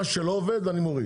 כל מה שלא עובד אני מוריד.